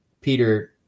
Peter